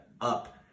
up